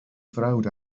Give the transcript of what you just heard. frawd